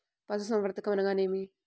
పశుసంవర్ధకం అనగా ఏమి?